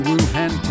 Wuhan